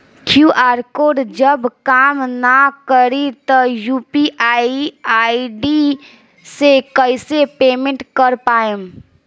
QR code जब काम ना करी त यू.पी.आई आई.डी से कइसे पेमेंट कर पाएम?